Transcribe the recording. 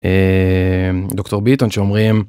דוקטור ביטון שאומרים.